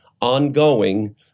ongoing